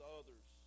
others